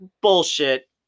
Bullshit